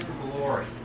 glory